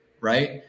Right